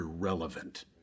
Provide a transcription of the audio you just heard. irrelevant